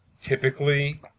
typically